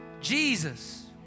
Jesus